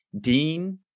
Dean